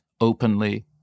openly